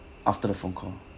after the phone call